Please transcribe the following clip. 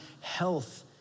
health